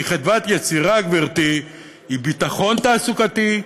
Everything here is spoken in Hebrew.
כי חדוות יצירה, גברתי, היא ביטחון תעסוקתי,